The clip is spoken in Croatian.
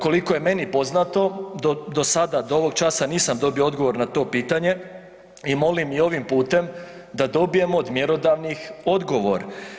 Koliko je meni poznato do sada, do ovog časa nisam dobio odgovor na to pitanje i molim i ovim putem da dobijem od mjerodavnih odgovor.